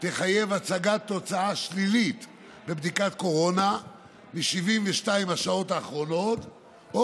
תחייב הצגת תוצאה שלילית בבדיקת קורונה מ-72 השעות האחרונות או,